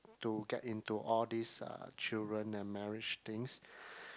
to get into all these uh children and marriage things